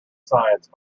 science